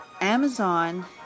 Amazon